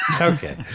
Okay